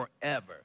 forever